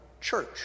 Church